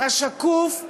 השקוף,